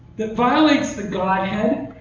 that violates the godhead,